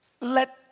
let